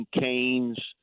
Cane's